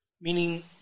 meaning